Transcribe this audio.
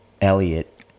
Elliot